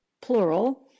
plural